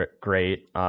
great